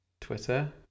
Twitter